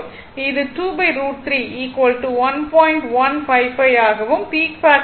155 ஆகவும் peak factor 1